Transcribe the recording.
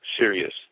serious